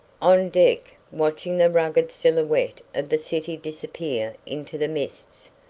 on deck, watching the rugged silhouette of the city disappear into the mists,